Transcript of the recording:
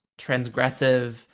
transgressive